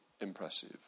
impressive